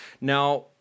Now